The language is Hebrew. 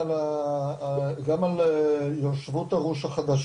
על בני הנוער בישראל שזה המחקר של ארגון הבריאות העולמי,